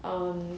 um